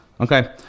Okay